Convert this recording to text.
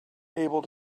able